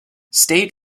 state